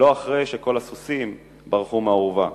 ולא אחרי שכל הסוסים ברחו מהאורווה.